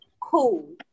cool